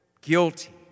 guilty